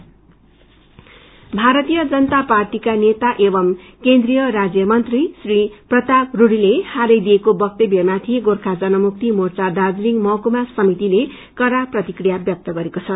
reaction भारतीय जनता पार्टीका नेता एवं केन्द्रिय राज्य मंत्री श्री प्रताप रूढ़ीले हालै दिएको वक्तव्य माथि गोर्खा जनमुक्ति मोर्चा दार्जीलिङ महकुमा समितिले कड़ा प्रतिक्रिया व्यक्त गरेको छ